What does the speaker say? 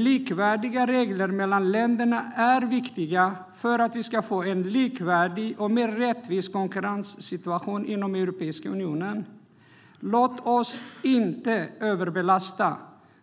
Likvärdiga regler mellan länderna är viktiga för att vi ska få en likvärdig och mer rättvis konkurrenssituation inom EU. Låt oss inte överbelasta